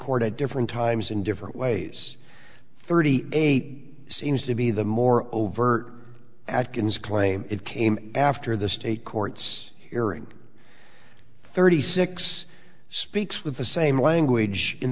court at different times in different ways thirty eight seems to be the more overt atkins claim it came after the state courts hearing thirty six speaks with the same language in